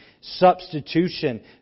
substitution